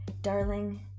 Darling